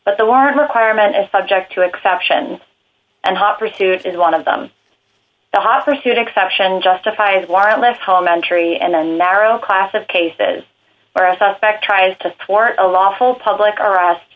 but the warrant requirement is subject to exceptions and hot pursuit is one of them the hostler suit exception justifies warrantless home entry and a narrow class of cases where a suspect tries to thwart a lawful public arrest